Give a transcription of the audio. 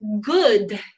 good